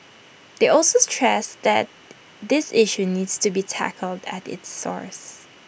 they also stressed that this issue needs to be tackled at its source